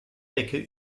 decke